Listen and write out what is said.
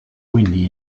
windy